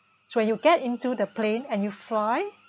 so when you get into the plane and you fly